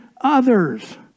others